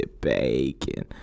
Bacon